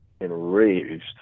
enraged